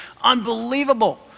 unbelievable